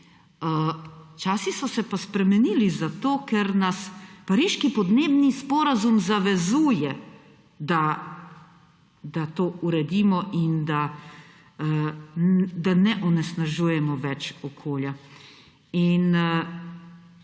Časi so se pa spremenili zato, ker nas Pariški podnebni sporazum zavezuje, da to uredimo in da ne onesnažujemo več okolja.